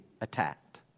attacked